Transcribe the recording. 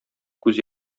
күз